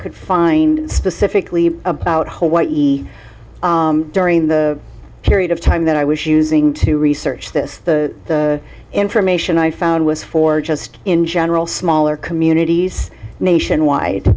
could find specifically about hawaii during the period of time that i was using to research this the information i found was for just in general smaller communities nationwide